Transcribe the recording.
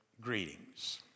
greetings